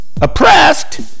Oppressed